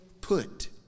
put